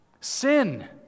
Sin